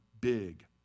big